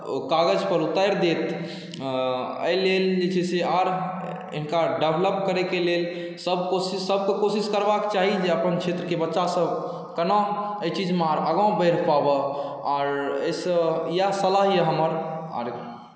ओ कागजपर उतारि देत एहिलेल जे छै से आओर हिनका डेवलप करैके लेल सबके कोशिश करबाक चाही जे अपन क्षेत्रके बच्चासब कोना एहि चीजमे आओर आगाँ बढ़ि पाबै आओर एहिसँ इएह सलाह अइ हमर आओर